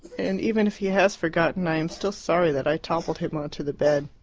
and even if he has forgotten, i am still sorry that i toppled him on to the bed.